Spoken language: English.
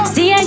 See